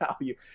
value